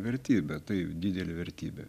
vertybė taip didelė vertybė